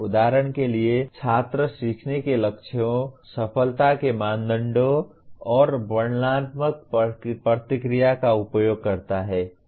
उदाहरण के लिए छात्र सीखने के लक्ष्यों सफलता के मानदंडों और वर्णनात्मक प्रतिक्रिया का उपयोग करता है